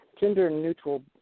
gender-neutral